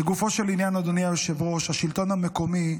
לגופו של עניין, אדוני היושב-ראש, השלטון המקומי,